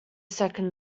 second